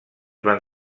van